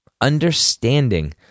Understanding